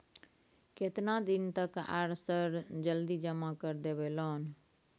केतना दिन तक आर सर जल्दी जमा कर देबै लोन?